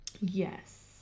Yes